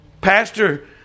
Pastor